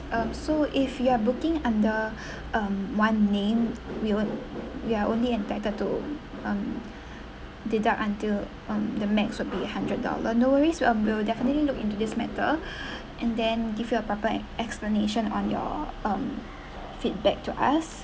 um so if you are booking under um one name we will we are only entitled to um deduct until on the max would be hundred dollar no worries um we'll definitely look into this matter and then give you a proper ex~ explanation on your um feedback to us